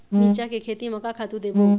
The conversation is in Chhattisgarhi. मिरचा के खेती म का खातू देबो?